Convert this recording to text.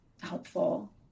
helpful